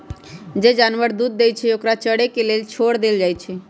जे जानवर दूध देई छई ओकरा चरे के लेल छोर देल जाई छई